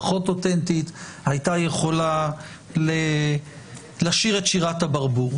פחות אותנטית הייתה יכולה לשיר את שירת הברבור.